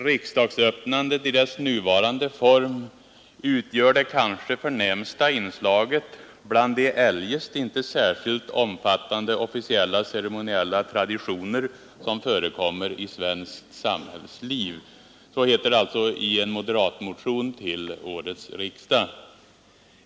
”Riksdagsöppnandet i dess nuvarande form utgör det kanske förnämsta inslaget bland de eljest inte särskilt omfattande officiella ceremoniella traditioner som förekommer i svenskt samhällsliv”, heter det i en moderatmotion till årets riksdag.